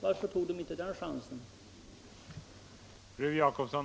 Varför tog de inte den chansen?